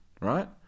right